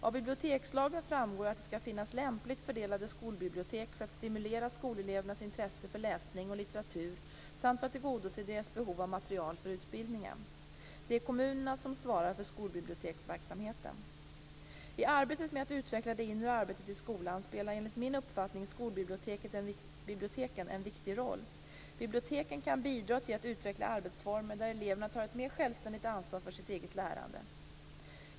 Av bibliotekslagen framgår att det skall finnas lämpligt fördelade skolbibliotek för att stimulera skolelevernas intresse för läsning och litteratur samt för att tillgodose deras behov av material för utbildningen. Det är kommunerna som svarar för skolbiblioteksverksamheten. I arbetet med att utveckla det inre arbetet i skolan spelar enligt min uppfattning skolbiblioteken en viktig roll. Biblioteken kan bidra till att utveckla arbetsformer där eleven tar ett mer självständigt ansvar för sitt eget lärande.